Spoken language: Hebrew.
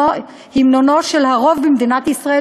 המנונו של הרוב במדינת ישראל,